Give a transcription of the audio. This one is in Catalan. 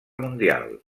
mundial